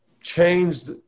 changed